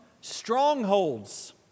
strongholds